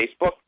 Facebook